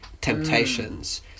temptations